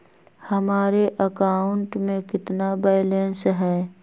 हमारे अकाउंट में कितना बैलेंस है?